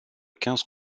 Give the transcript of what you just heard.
quinze